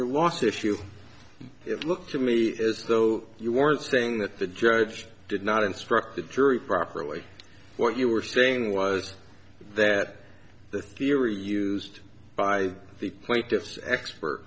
your last issue it looked to me is though you weren't saying that the judge did not instruct the jury properly what you were saying was that the theory used by the plaintiff's expert